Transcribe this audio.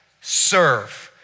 Serve